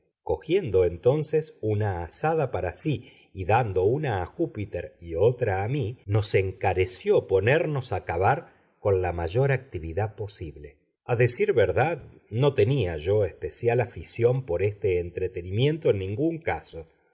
cogiendo entonces una azada para sí y dando una a júpiter y otra a mí nos encareció ponernos a cavar con la mayor actividad posible a decir verdad no tenía yo especial afición por este entretenimiento en ningún caso